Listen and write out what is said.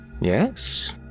Yes